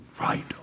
right